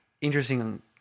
interesting